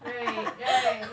right right